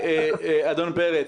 אדון פרץ,